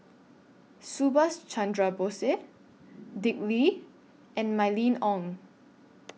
Subhas Chandra Bose Dick Lee and Mylene Ong